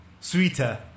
sweeter